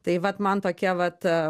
tai vat man tokia vat